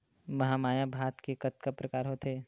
महमाया भात के कतका प्रकार होथे?